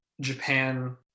Japan